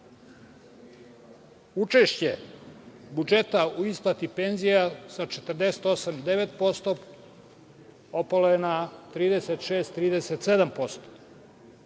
Učešće budžeta u isplati penzija sa 48,9% opalo je na 36-37%,